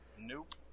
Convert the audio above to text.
nope